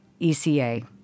ECA